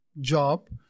Job